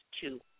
two